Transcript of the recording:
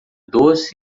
doce